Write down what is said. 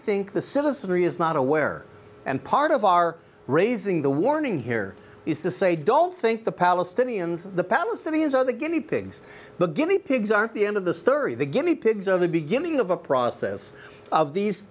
think the citizenry is not aware and part of our raising the warning here is to say don't think the palestinians the palestinians are the guinea pigs the guinea pigs aren't the end of the story the guinea pigs are the beginning of a process of these